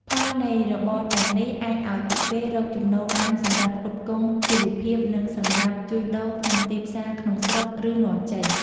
ផលនៃរបរទាំងនេះ អាចឲ្យពួកគេរកចំណូលបានសម្រាប់ផ្គត់ផ្គង់ជីវភាព និងសម្រាប់ជួញដូរក្នុងទីផ្សារក្នុងស្រុក ឬនាំចេញ។